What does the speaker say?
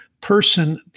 person